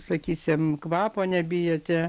sakysim kvapo nebijote